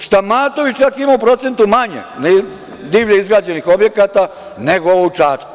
Stamatović je čak imao u procentu manje divlje izgrađenih objekata nego ovo u Čačku.